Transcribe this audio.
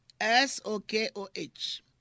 S-O-K-O-H